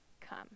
come